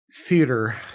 theater